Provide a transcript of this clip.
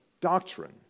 doctrine